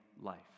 life